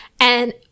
And-